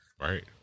Right